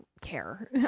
care